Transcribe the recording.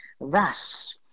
thus